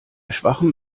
schwachem